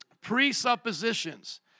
Presuppositions